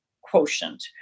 quotient